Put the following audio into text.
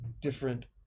different